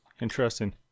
Interesting